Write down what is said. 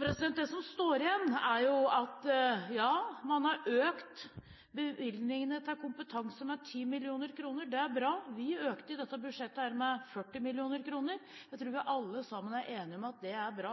Det som står igjen, er at, ja, man har økt bevilgningene til kompetanse med 10 mill. kr. Det er bra. Vi økte dette budsjettet med 40 mill. kr. Jeg tror vi alle sammen er enige om at det er bra.